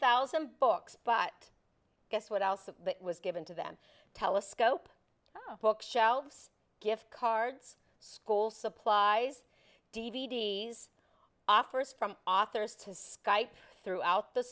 thousand books but guess what else that was given to them telescope bookshelves gift cards school supplies d v d offers from authors to skype throughout the